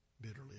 bitterly